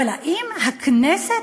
אבל האם הכנסת,